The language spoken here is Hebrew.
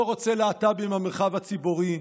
לא רוצה להט"בים במרחב הציבורי,